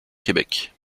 québec